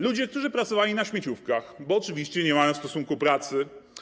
Ludzie, którzy pracowali na śmieciówkach, bo oczywiście nie mają stosunku pracy.